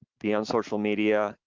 be on social media,